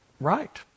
right